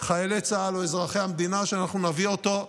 חיילי צה"ל או אזרחי המדינה שאנחנו נביא אותו לדין,